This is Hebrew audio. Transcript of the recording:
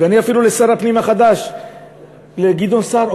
ואני אפילו לשר הפנים החדש גדעון סער,